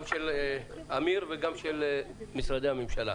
של משרדי הממשלה.